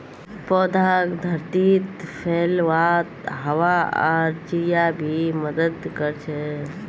पौधाक धरतीत फैलवात हवा आर चिड़िया भी मदद कर छे